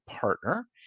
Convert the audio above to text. partner